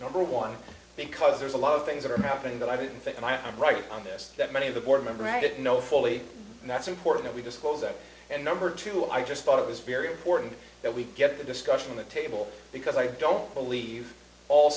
number one because there's a lot of things that are happening that i didn't think and i'm right on this that many of the board member magic know fully and that's important we disclose that and number two i just thought it was very important that we get the discussion on the table because i don't believe all